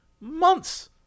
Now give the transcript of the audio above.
months